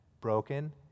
broken